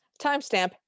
Timestamp